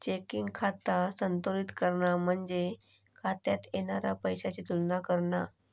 checking खाता संतुलित करणा म्हणजे खात्यात येणारा पैशाची तुलना करणा